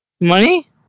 Money